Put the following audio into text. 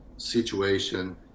situation